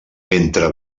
entre